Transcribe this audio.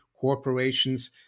Corporations